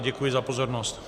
Děkuji za pozornost.